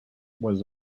was